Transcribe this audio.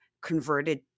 converted